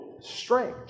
strength